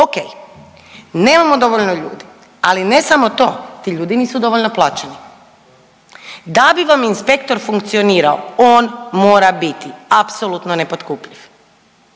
Ok, nemamo dovoljno ljudi, ali ne samo to ti ljudi nisu dovoljno plaćeni. Da bi vam inspektor funkcionirao on mora biti apsolutno nepotkupljiv.